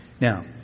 Now